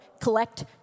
collect